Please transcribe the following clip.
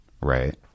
right